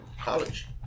college